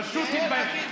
פשוט תתבייש.